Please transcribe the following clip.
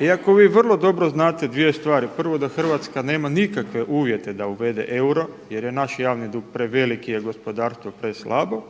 iako vi dobro znate dobro dvije stvari, prvo da Hrvatska nema nikakve uvjete da uvede euro jer je naš javni dug prevelik, a gospodarstvo preslabo